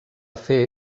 fer